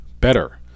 better